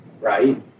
Right